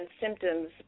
symptoms